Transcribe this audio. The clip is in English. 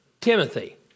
Timothy